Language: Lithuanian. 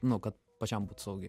nu kad pačiam būt saugiai